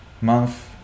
Month